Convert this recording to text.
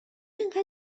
اینقدر